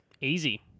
easy